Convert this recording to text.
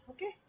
Okay